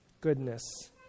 goodness